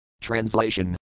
Translation